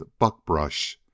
buckbrush